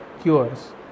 cures